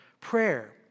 prayer